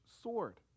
sword